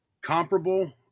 comparable